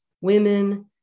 women